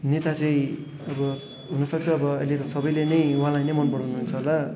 नेता चाहिँ अब हुनसक्छ अब अहिले त सबैले नै उहाँलाई नै मन पराउनु हुन्छ होला